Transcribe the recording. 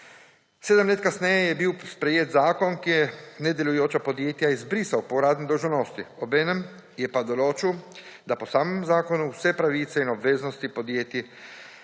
Sedem let kasneje je bil sprejet zakon, ki je nedelujoča podjetja izbrisal po uradni dolžnosti, obenem je pa določil, da po samem zakonu vse pravice in obveznosti podjetij